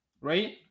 Right